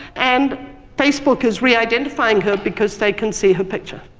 and facebook is reidentifying her because they can see her picture.